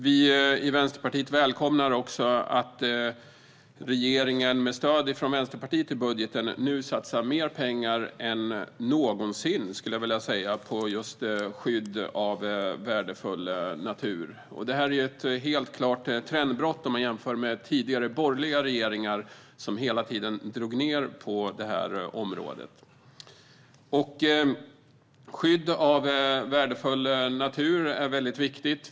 Vi i Vänsterpartiet välkomnar att regeringen med stöd från Vänsterpartiet i budgeten nu satsar mer pengar än någonsin, skulle jag vilja säga, på just skydd av värdefull natur. Det är helt klart ett trendbrott om man jämför med tidigare borgerliga regeringar, som hela tiden drog ned på detta område. Skydd av värdefull natur är väldigt viktigt.